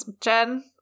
Jen